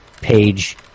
page